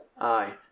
aye